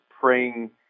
praying